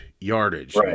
yardage